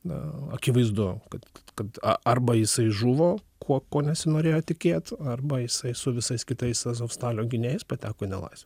na akivaizdu kad kad a arba jisai žuvo kuo kuo nesinorėjo tikėt arba jisai su visais kitais azovstalio gynėjas pateko į nelaisvę